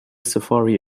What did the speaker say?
safari